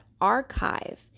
archive